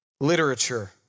literature